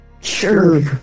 Sure